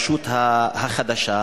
הרשות החדשה,